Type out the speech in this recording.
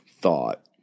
thought